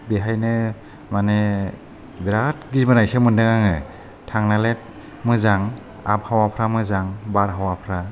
बेहायनो माने बेराद गिबोनायसो मोनदों आङो थांनोलाय मोजां आबहावाफ्रा मोजां बारहावाफ्रा